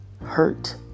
hurt